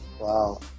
wow